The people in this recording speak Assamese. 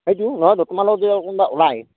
সেইটো নহয়তো তোমাৰ লগত যদি আৰু কোনবা ওলায়